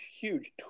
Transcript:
huge